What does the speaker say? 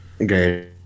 Okay